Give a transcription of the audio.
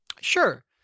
Sure